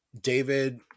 david